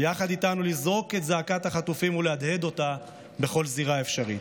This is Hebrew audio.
ויחד איתנו לזעוק את זעקת החטופים ולהדהד אותה בכל זירה אפשרית.